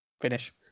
finish